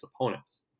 opponents